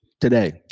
today